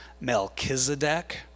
Melchizedek